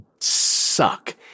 suck